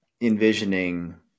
envisioning